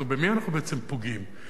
במי אנחנו בעצם פוגעים?